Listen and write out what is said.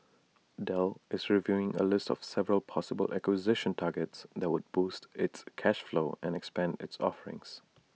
Dell is reviewing A list of several possible acquisition targets that would boost its cash flow and expand its offerings